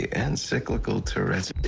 and cyclical turrets.